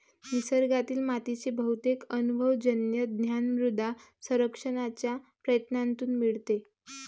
निसर्गातील मातीचे बहुतेक अनुभवजन्य ज्ञान मृदा सर्वेक्षणाच्या प्रयत्नांतून मिळते